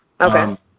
Okay